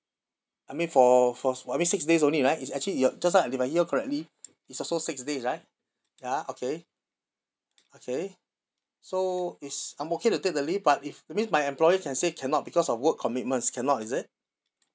I mean for for s~ I mean six days only right it's actually you're just now if I hear correctly it's also six days right ya okay okay so it's I'm okay to take the leave but if that means my employer can say cannot because of work commitments cannot is it